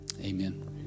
amen